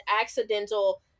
accidental